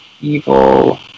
evil